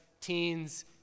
teens